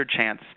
chance